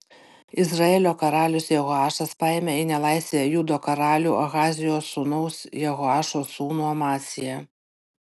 izraelio karalius jehoašas paėmė į nelaisvę judo karalių ahazijo sūnaus jehoašo sūnų amaciją